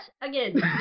again